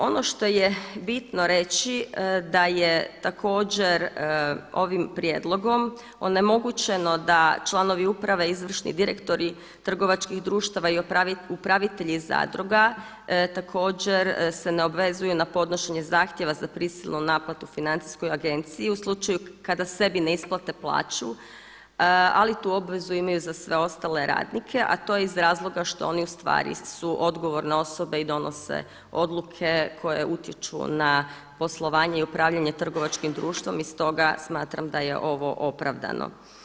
Ono što je bino reći da je također ovim prijedlogom onemogućeno da članovi uprave i izvršni direktori trgovačkih društava i upravitelji zadruga, također se ne obvezuju na podnošenje zahtjeva za prisilnu naplatu financijskoj agenciji u slučaju kada sebi ne isplate plaću, ali tu obvezu imaju za sve ostale radnike, a to je iz razloga što su oni odgovorne osobe i donose odluke koje utječu na poslovanje i upravljanje trgovačkim društvom i stoga smatram da je ovo opravdano.